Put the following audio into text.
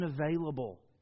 unavailable